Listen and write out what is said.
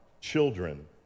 children